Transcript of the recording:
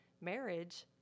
marriage